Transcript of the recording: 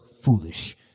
foolish